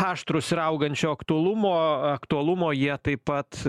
aštrūs ir augančio aktualumo aktualumo jie taip pat